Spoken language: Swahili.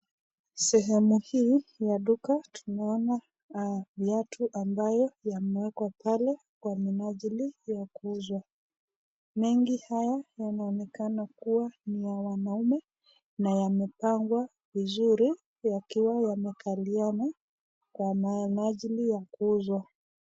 Sehemu hii ya duka. Tunaona viatu ambayo yamewekwa pale kwa minajili ya kuuzwa. Mengi haya yanaonekana kuwa ni ya wanaume na yamepangwa vizuri yakiwa yamekaliana kwa minajili ya kuuzwa.